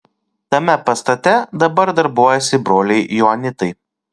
tame pastate dabar darbuojasi broliai joanitai